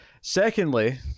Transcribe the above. secondly